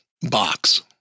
box